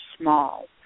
small